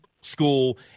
school